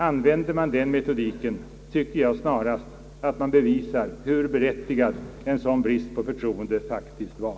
Använder man den metodiken tycker jag snarast att man bevisar, hur berättigad en sådan brist på förtroende faktiskt var.